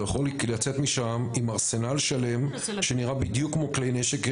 הוא יכול לצאת משם עם ארסנל שלם שנראה בדיוק כמו כלי נשק אמיתיים.